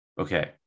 Okay